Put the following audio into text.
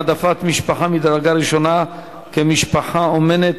העדפת משפחה מדרגה ראשונה כמשפחה אומנת),